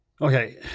Okay